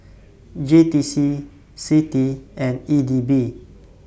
J T C CITI and E D B